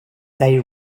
they